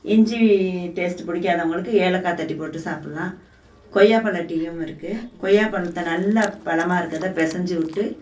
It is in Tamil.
இஞ்சி டேஸ்ட்டு பிடிக்காதவங்களுக்கு ஏலக்காய் தட்டி போட்டு சாப்பிட்லாம் கொய்யாப்பழ டீயும் இருக்கு கொய்யா பழத்தை நல்லா பழமாக இருக்கத பிசஞ்சி விட்டு